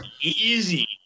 easy